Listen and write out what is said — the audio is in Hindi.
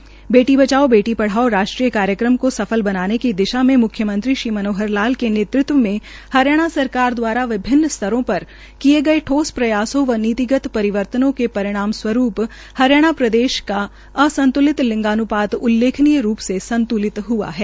बेटी बचाओ बेटी पढ़ाओ राष्ट्रीय कार्यक्रम को सफल बनाने की दिशा में म्ख्यमंत्री श्री मनोहर लाल के नेतृत्व में हरियाणा सरकार द्वारा विभिन्न स्तरों पर किए गए ठोस प्रयासों व नीतिगत परिवर्तनों के परिणामस्वरूप हरियाणा प्रदेश का असंत्लित लिंगान्पात उल्लेखनीय रूप से संत्लित हआ है